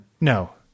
no